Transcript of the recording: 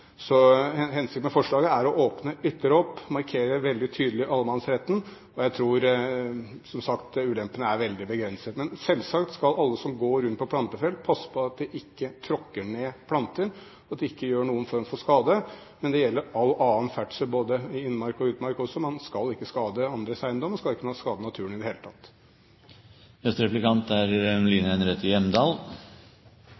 Hensikten med forslaget er å åpne ytterligere opp og markere veldig tydelig allemannsretten. Jeg tror som sagt ulempene er veldig begrenset. Men selvsagt skal alle som går rundt på plantefelt, passe på at de ikke tråkker ned planter, og at de ikke gjør noen form for skade. Det gjelder også all annen ferdsel både i innmark og utmark – man skal ikke skade andres eiendom, man skal ikke skade naturen i det hele tatt. Jeg skal sitere statsråden, så er